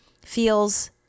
feels